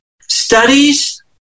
studies